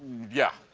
yeah,